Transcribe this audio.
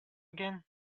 again